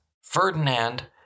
Ferdinand